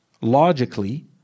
logically